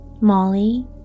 Molly